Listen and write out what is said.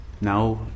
Now